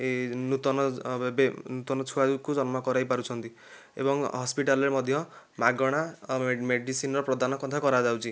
ଏଇ ନୂତନ ଏବେ ନୂତନ ଛୁଆକୁ ଜନ୍ମ କରାଇ ପାରୁଛନ୍ତି ଏବଂ ହସ୍ପିଟାଲ୍ ରେ ମଧ୍ୟ ମାଗଣା ମେଡ଼ିସିନ୍ ର ପ୍ରଦାନ ମଧ୍ୟ କରାଯାଉଛି